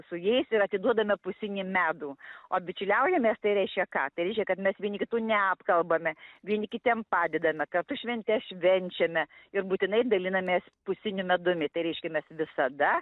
su jais ir atiduodame pusinį medų o bičiuliaujamės tai reiškia ką tai reiškia kad mes vieni kitų neapkalbame vieni kitiem padedame kartu šventes švenčiame ir būtinai dalinamės pusiniu medumi tai reiškia mes visada